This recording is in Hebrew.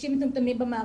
מרגישים מטומטמים במערכת.